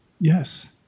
Yes